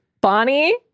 Bonnie